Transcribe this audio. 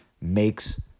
makes